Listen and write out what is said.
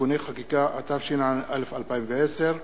(תיקוני חקיקה), התשע"א 2010,